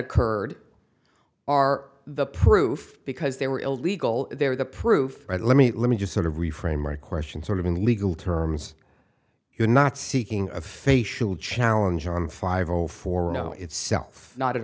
occurred are the proof because they were illegal they're the proof let me let me just sort of reframe my question sort of in legal terms you're not seeking a facial challenge on five or four no itself not at